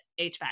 HVAC